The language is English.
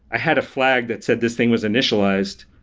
i had a flag that said this thing was initialized.